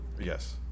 Yes